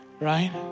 right